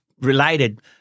related